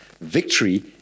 Victory